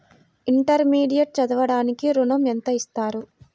Intermediate చదవడానికి ఋణం ఎంత ఇస్తారు?